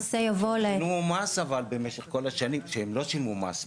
תנו מס אבל במשך כל השנים שהם לא שילמו מס,